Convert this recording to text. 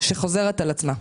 שחוזרת על עצמה.